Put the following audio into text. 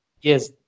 yes